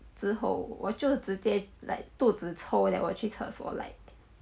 之后我就直接 like 肚子凑了我去厕所 like